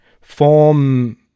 form